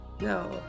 No